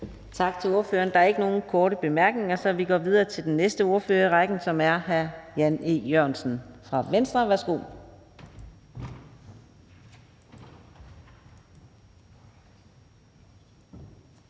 Tak til ordføreren. Der er ikke nogen korte bemærkninger. Så vi går videre til den næste ordfører i rækken, som er hr. Mohammad Rona fra Moderaterne.